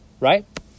right